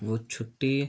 वह छुट्टी